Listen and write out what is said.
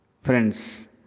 Friends